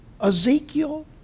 Ezekiel